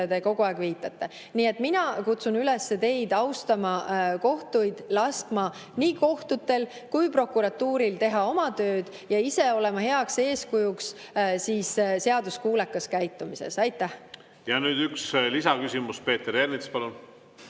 te kogu aeg viitate. Nii et mina kutsun teid üles austama kohtuid, laskma nii kohtutel kui ka prokuratuuril teha oma tööd ja olema ise heaks eeskujuks seaduskuuleka käitumisega. Nüüd üks lisaküsimus. Peeter Ernits, palun!